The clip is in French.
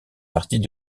partie